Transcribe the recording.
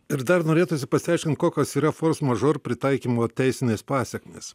ir dar norėtųsi pasiaiškint kokios yra fors mažor pritaikymo teisinės pasekmės